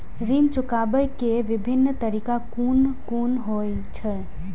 ऋण चुकाबे के विभिन्न तरीका कुन कुन होय छे?